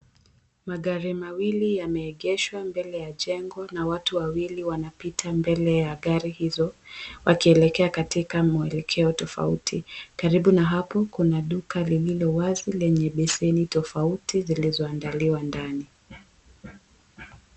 Magari mawili yameegeshwa mbele ya jengo na watu wawili wanapita mbele ya gari hizo wakielekea katika mwelekeo tofauti. Karibu na hapo, kuna duka lililo wazi lenye beseni tofauti zilizo andaliwa ndani.